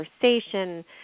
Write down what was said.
conversation